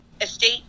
estate